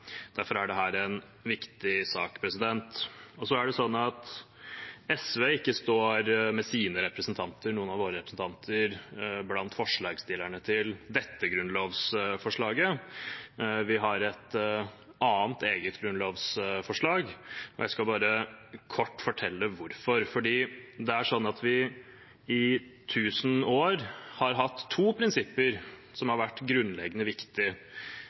Derfor er dette en viktig sak. SV står ikke med noen av sine representanter blant forslagsstillerne til dette grunnlovsforslaget. Vi har et annet, eget, grunnlovsforslag, og jeg skal kort fortelle hvorfor. I tusen år har vi hatt to prinsipper som har vært grunnleggende